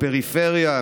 פריפריה,